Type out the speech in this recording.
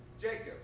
Jacob